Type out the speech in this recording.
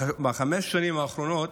בחמש השנים האחרונות